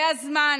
זה הזמן.